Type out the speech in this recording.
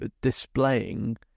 displaying